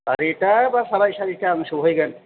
सारिथा बा साराय सारिथा आं सहैगोन